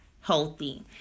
healthy